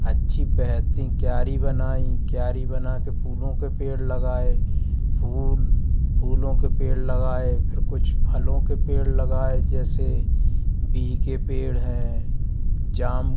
अच्छी बेहतरीन क्यारी बनाई क्यारी बनाकर फूलों के पेड़ लगाए फूल फूलों के पेड़ लगाए फिर कुछ फलों के पेड़ लगाए जैसे बिह के पेड़ हैं जाम